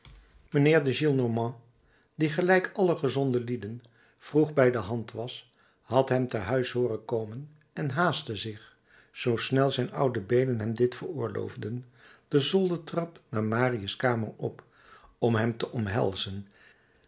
mijnheer de gillenormand die gelijk alle gezonde lieden vroeg bij de hand was had hem te huis hooren komen en haastte zich zoo snel zijn oude beenen hem dit veroorloofden de zoldertrap naar marius kamer op om hem te omhelzen